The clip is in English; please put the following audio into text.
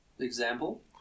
example